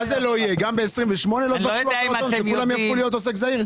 גם ב-2028 אתם לא תבקשו הצהרת הון?